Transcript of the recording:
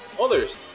others